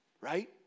right